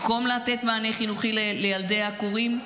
במקום לתת מענה חינוכי לילדי העקורים,